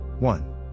One